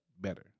better